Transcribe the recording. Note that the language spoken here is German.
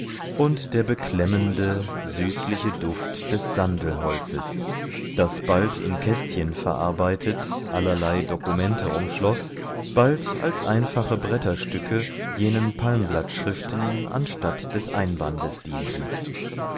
und der beklemmende süßliche duft des sandelholzes das bald in kästchen verarbeitet allerlei dokumente umschloß bald als einfache bretterstücke jenen palmblattschriften anstatt des einbandes dienten